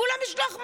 כולה משלוח מנות.